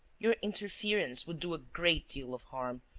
your interference would do a great deal of harm,